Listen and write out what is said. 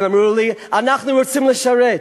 הם אמרו לי: אנחנו רוצים לשרת,